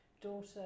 daughter